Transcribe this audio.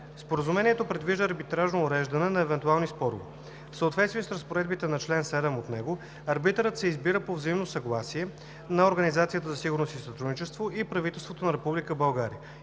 Споразумението предвижда арбитражно уреждане на евентуални спорове. В съответствие с разпоредбите на чл. 7 от него арбитърът се избира по взаимно съгласие на Организацията за сигурност и сътрудничество и правителството на